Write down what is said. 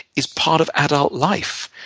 is part of adult life.